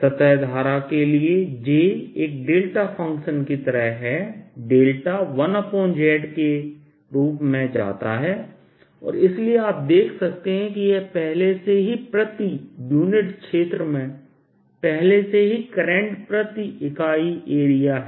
सतह धारा के लिए j एक डेल्टा फ़ंक्शन की तरह है डेल्टा 1z के रूप में जाता है और इसलिए आप देख सकते हैं कि यह पहले से ही प्रति यूनिट क्षेत्र में पहले से ही करंट प्रति इकाई एरिया है